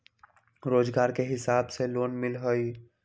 रोजगार के हिसाब से लोन मिलहई?